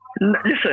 listen